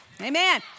amen